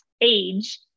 age